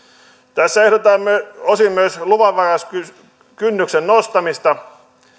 tässä ehdotamme osin myös luvanvaraisuuskynnyksen nostamista